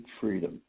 freedom